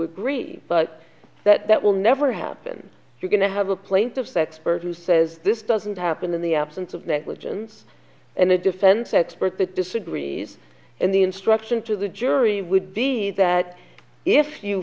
agree but that that will never happen you're going to have a plaintiff that's bird who says this doesn't happen in the absence of negligence and the defense expert that disagrees and the instruction to the jury would be that if you